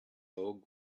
log